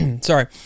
sorry